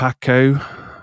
Paco